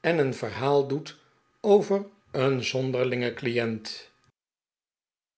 en een verhaal doet over een zonderlingen client